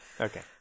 Okay